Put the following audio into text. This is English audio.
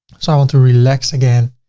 so i want to relax again.